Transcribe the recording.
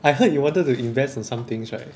I heard you wanted to invest in some things right